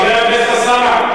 חבר הכנסת אלסאנע,